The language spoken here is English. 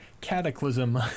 Cataclysm